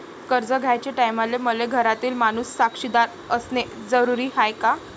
कर्ज घ्याचे टायमाले मले घरातील माणूस साक्षीदार असणे जरुरी हाय का?